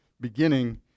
beginning